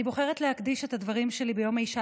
אני בוחרת להקדיש את הדברים שלי ביום האישה